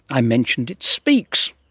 i mentioned it speaks,